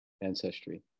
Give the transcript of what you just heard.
ancestry